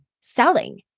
selling